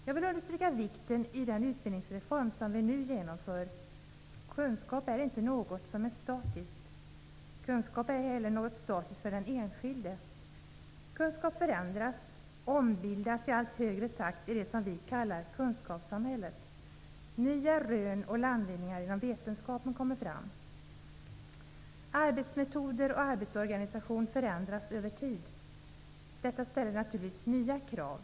Jag vill understryka vikten i den utbildningsreform som vi nu genomför. Kunskap är inte något statiskt. Kunskap är inte heller något statiskt för den enskilde. Kunskap förändras och ombildas i allt högre takt i det som vi kallar kunskapssamhället. Nya rön och landvinningar inom vetenskapen kommer fram. Arbetsmetoder och arbetsorganisation förändras över tiden. Detta ställer naturligtvis nya krav.